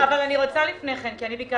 והשר נרתם לעניין יחד עם אנשי המשרד כדי לסייע